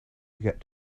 forget